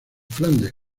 flandes